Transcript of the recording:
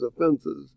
offenses